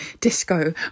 Disco